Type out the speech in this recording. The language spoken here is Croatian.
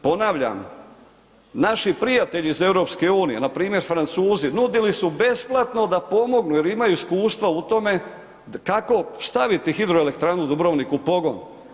Ponavljam, naši prijatelji iz EU, npr. Francuzi, nudili su besplatno, da pomognu jer imaju iskustva u tome, kako staviti hidroelektranu Dubrovnik u pogon.